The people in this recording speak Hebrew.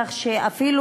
כך שאפילו